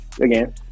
again